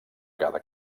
cada